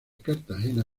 cartagena